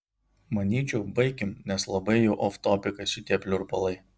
manyčiau baikim nes labai jau oftopikas šitie pliurpalai